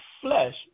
flesh